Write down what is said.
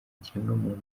ikiremwamuntu